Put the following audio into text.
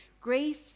Grace